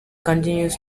continues